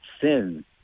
sin